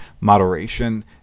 moderation